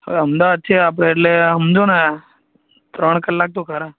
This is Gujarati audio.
હવે અમદાવાદ છીએ આપણે એટલે સમજો ને ત્રણ કલાક તો ખરા